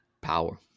Power